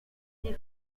die